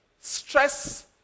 Stress